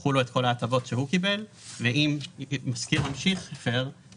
ייקחו לו את כל ההטבות שהוא קיבל ואם משכיר ממשיך הפר,